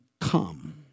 come